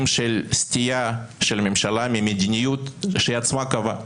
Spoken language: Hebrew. של סטייה של ממשלה מהמדיניות שהיא עצמה קבעה,